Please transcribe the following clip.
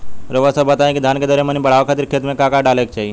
रउआ सभ बताई कि धान के दर मनी बड़ावे खातिर खेत में का का डाले के चाही?